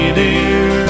dear